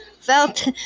Felt